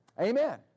Amen